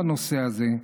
בנושא הזה,